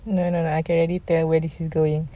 no no I can already tell where this is going